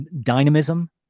Dynamism